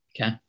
Okay